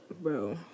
Bro